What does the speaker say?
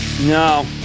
No